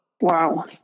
Wow